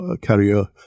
carrier